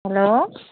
hello